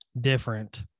different